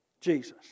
Jesus